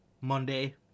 Monday